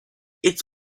it’s